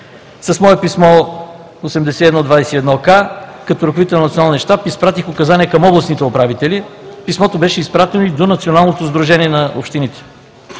С мое писмо № 81-21К, като ръководител на Националния щаб, изпратих указание към областните управители. Писмото беше изпратено и до Националното сдружение на общините.